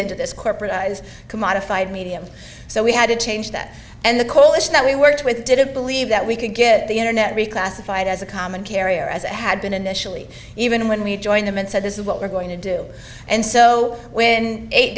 into this corporate commodified medium so we had to change that and the coalition that we worked with didn't believe that we could get the internet reclassified as a common carrier as it had been initially even when we joined them and said this is what we're going to do and so when eight